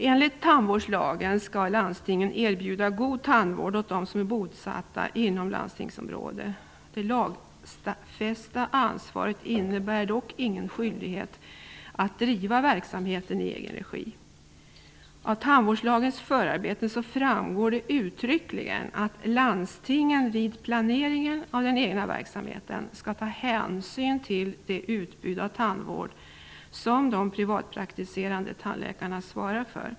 Enligt tandvårdslagen skall landstinget erbjuda god tandvård åt dem som är bosatta inom landstingsområdet. Det lagfästa ansvaret innebär dock ingen skyldighet att driva verksamheten i egen regi. Av tandvårdslagens förarbeten framgår uttryckligen att landstingen vid planeringen av den egna verksamheten skall ta hänsyn till det utbud av tandvård som de privatpraktiserande tandläkarna svarar för.